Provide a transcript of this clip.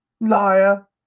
liar